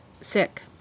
sick